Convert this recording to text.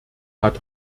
hat